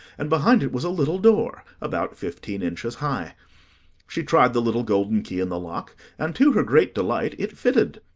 and behind it was a little door about fifteen inches high she tried the little golden key in the lock, and to her great delight it fitted!